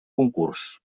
concurs